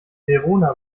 verona